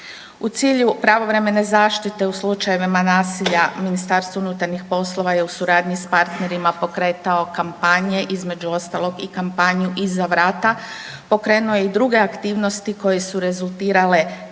U cilju pravovremene zaštite u slučajevima nasilja, Ministarstvo unutarnjih poslova je u suradnji s partnerima pokretao kampanje, između ostalog i kampanju „Iza vrata“, pokrenuo je i druge aktivnosti koje su rezultirale